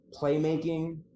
playmaking